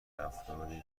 افرادش